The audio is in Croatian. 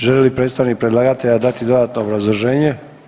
Želi li predstavnik predlagatelja dati dodatno obrazloženje?